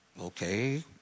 Okay